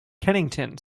kennington